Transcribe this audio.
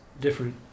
different